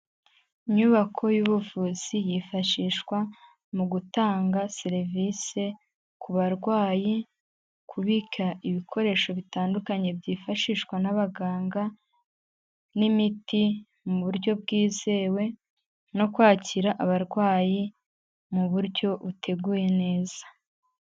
Inyubako y'ubuvuzi yifashishwa mu gutanga serivisi ku barwayi, kubika ibikoresho bitandukanye byifashishwa n'abaganga n'imiti mu buryo bwizewe no kwakira abarwayi mu buryo buteguye neza.